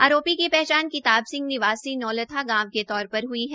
आरोपी की पहचान किताब सिंह निवासी नौल्था गांव के तौर पर हई है